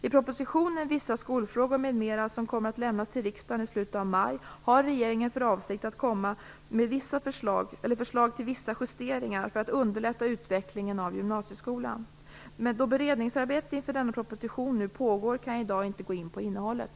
I propositionen Vissa skolfrågor m.m., som kommer att lämnas till riksdagen i slutet av maj, har regeringen för avsikt att komma med förslag till vissa justeringar för att underlätta utvecklingen av gymnasieskolan. Men då beredningsarbetet inför denna proposition nu pågår kan jag i dag inte gå in på innehållet.